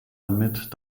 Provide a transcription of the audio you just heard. damit